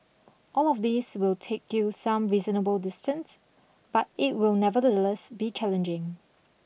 all of these will take you some reasonable distance but it will nevertheless be challenging